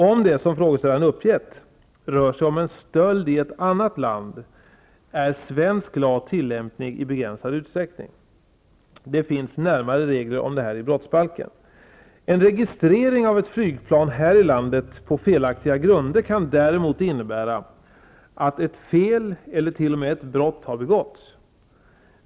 Om det, som frågeställaren uppgett, rör sig om en stöld i ett annat land är svensk lag endast tillämplig i begränsad utsträckning. Det finns närmare regler om detta i brottsbalken. En registrering av ett flygplan här i landet på felaktiga grunder kan däremot innebära att ett fel eller till och med ett brott har begåtts.